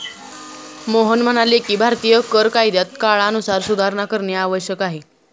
मोहन म्हणाले की भारतीय कर कायद्यात काळानुरूप सुधारणा करणे आवश्यक आहे